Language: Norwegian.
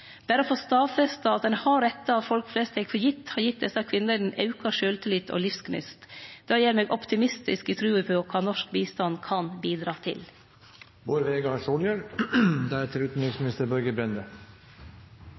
Berre å få stadfesta at ein har rettar folk flest tek for gitt, har gitt desse kvinnene auka sjølvtillit og livsgnist. Dette gjer meg optimistisk i trua på kva norsk bistand kan bidra til.